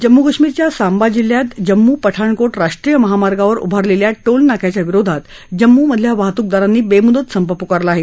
जम्मू कश्मीरच्या सांबा जिल्ह्यात जम्मू पठाणकोट राष्ट्रीय महामार्गावर उभारलेल्या टोल नाक्याच्या विरोधात जम्मूमधल्या वाहतूकदारांनी बेमुदत संप पुकारला आहे